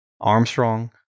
Armstrong